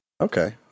okay